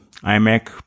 iMac